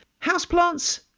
houseplants